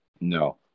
No